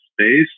space